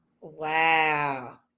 Wow